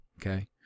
Okay